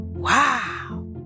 Wow